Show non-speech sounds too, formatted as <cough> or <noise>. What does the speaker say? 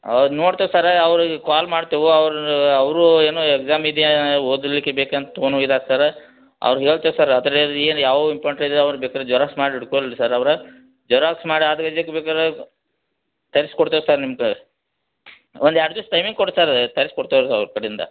ಅವ್ರು ನೋಡ್ತೇವೆ ಸರ್ರ ಅವ್ರಿಗೆ ಕಾಲ್ ಮಾಡ್ತೇವೆ ಅವ್ರು ಅವರು ಏನೋ ಎಕ್ಸಾಮ್ ಇದೆ ಓದಲಿಕ್ಕೆ ಬೇಕಂತ ತೊಗೊಂಡೋಗಿದ್ದಾರೆ ಸರ್ರ ಅವ್ರ್ಗೆ ಹೇಳ್ತೇವೆ ಸರ್ ಅದ್ರಲ್ಲಿ ಏನು ಯಾವುವು ಇಂಪಾಂಟಿದೆ ಅವ್ರು ಬೇಕಾರೆ ಜೆರಾಕ್ಸ್ ಮಾಡಿ ಇಟ್ಕೊಳ್ಲಿ ಸರ್ ಅವರು ಜೆರಾಕ್ಸ್ ಮಾಡಿ ಆದ <unintelligible> ಬೇಕಾದ್ರೆ ತರ್ಸ್ಕೊಡ್ತೇವೆ ಸರ್ ನಿಮ್ಗೆ ಒಂದು ಎರಡು ದಿವ್ಸ ಟೈಮಿಂಗ್ ಕೊಡಿ ಸರ್ರ ತರ್ಸ್ಕೊಡ್ತೇವೆ ಅವ್ರ ಕಡೆಂದ